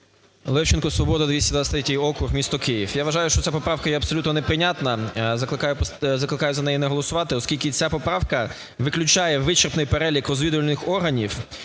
Левченко, "Свобода", 223 округ, місто Київ. Я вважаю, що ця поправка є абсолютно неприйнятна. Закликаю за неї не голосувати, оскільки ця поправка виключає вичерпний перелік розвідувальних органів,